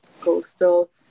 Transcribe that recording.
coastal